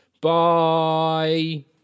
Bye